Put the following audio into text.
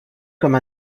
comme